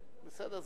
בסדר,